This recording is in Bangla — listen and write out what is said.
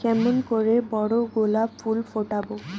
কেমন করে বড় গোলাপ ফুল ফোটাব?